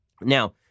Now